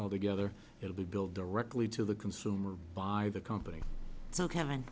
altogether it'll be billed directly to the consumer by the company so havin